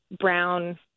brown